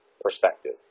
perspective